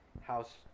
house